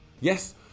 Yes